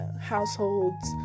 households